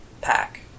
pack